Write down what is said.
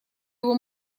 его